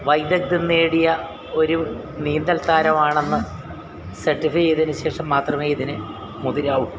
വൈദഗ്ധ്യം നേടിയ ഒരു നീന്തൽ താരമാണെന്ന് സർട്ടിഫൈ ചെയ്തതിന് ശേഷം മാത്രമേ ഇതിന് മുതിരാവൂ